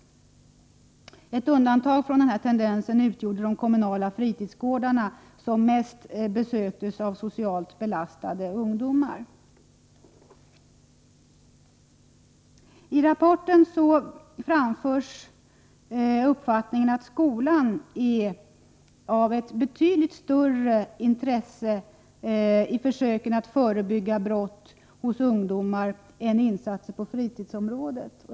Ett undantag från detta utgör de kommunala fritidsgårdarna, som mest besöks av socialt belastade ungdomar. I BRÅ:s rapport framförs uppfattningen att skolan är av betydligt större intresse i försöken att förebygga brott hos ungdomar än insatserna på fritidsområdet.